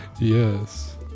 Yes